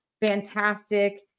Fantastic